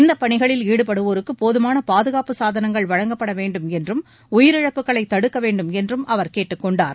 இந்தப் பணிகளில் ஈடுபடுவோருக்கு போதமான பாதுகாப்பு சாதனங்கள் வழங்கப்பட வேண்டும் என்றும் உயிரிழப்புகளை தடுக்க வேண்டும் என்றும் அவர் கேட்டுக் கொண்டார்